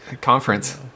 conference